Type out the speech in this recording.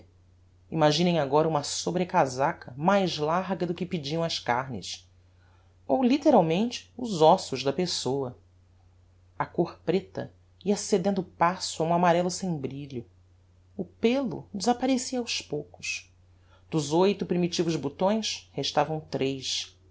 imaginem agora uma sobrecasaca mais larga do que pediam as carnes ou litteralmente os ossos da pessoa a côr preta ia cedendo o passo a um amarello sem brilho o pello desapparecia aos poucos dos oito primitivos botões restavam tres